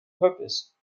purpose